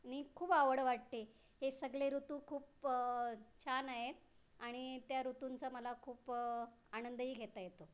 आणि खूप आवड वाटते हे सगळे ऋतू खूप छान आहेत आणि त्या ऋतूंचा मला खूप आनंदही घेता येतो